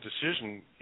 decision